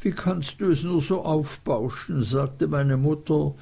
wie kannst du es nur so aufbauschen sagte meine mutter